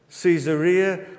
Caesarea